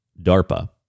DARPA